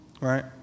right